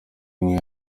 rimwe